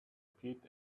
pit